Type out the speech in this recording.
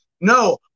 no